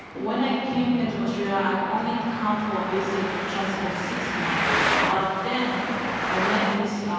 when i came here to australia i only come for a visit just for six month but then i met this, um